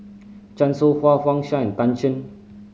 Chan Soh Ha Wang Sha Tan Shen